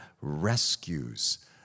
rescues